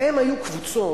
הם היו קבוצות,